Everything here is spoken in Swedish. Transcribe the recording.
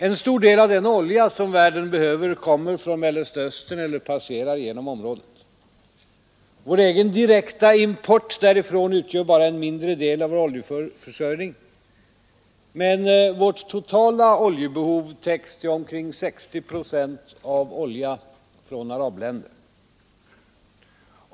En stor del av den olja världen behöver kommer från Mellersta Östern eller passerar genom området. Vår egen direkta import därifrån utgör bara en mindre del av vår oljeförsörjning, men vårt totala oljebehov täcks till omkring 60 procent av olja från arabländerna.